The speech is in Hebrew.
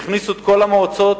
הכניסו את כל המועצות,